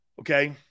Okay